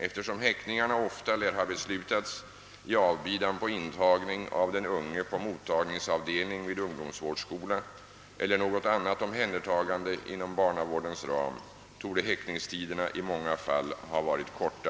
Eftersom häktningarna ofta lär ha beslutats i avbidan på intagning av den unge på mottagningsavdelning vid ungdomsvårdsskola eller något annat omhändertagande inom barnavårdens ram, torde häktningstiderna i många fall ha varit korta.